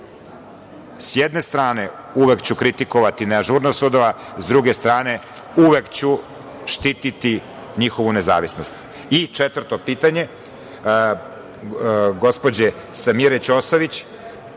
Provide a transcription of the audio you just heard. Sa jedne strane, uvek ću kritikovati neažurnost sudova. Sa druge strane, uvek ću štititi njihovu nezavisnost. Četvrto pitanje, gospođe Samire Ćosović,